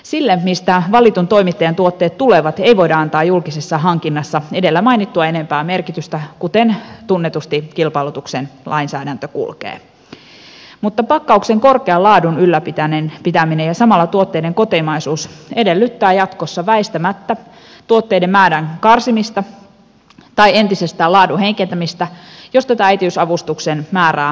sille mistä valitun toimittajan tuotteet tulevat ei voida antaa julkisessa hankinnassa edellä mainittua enempää merkitystä kuten tunnetusti kilpailutuksen lainsäädäntö kulkee mutta pakkauksen korkean laadun ylläpitäminen ja samalla tuotteiden kotimaisuus edellyttävät jatkossa väistämättä tuotteiden määrän karsimista tai entisestään laadun heikentämistä jos tätä äitiysavustuksen määrää ei koroteta